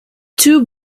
two